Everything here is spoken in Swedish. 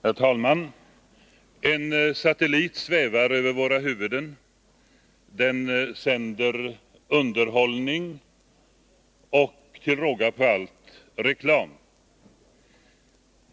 Herr talman! En satellit svävar över våra huvuden. Den sänder underhållning och till råga på allt reklam.